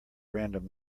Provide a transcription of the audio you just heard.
random